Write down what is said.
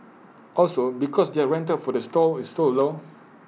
also because their rental for the stall is so low